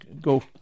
go